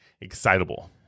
excitable